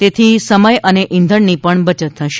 તેથી સમય અને ઈધણની પણ બચત થશે